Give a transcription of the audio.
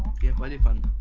ready for the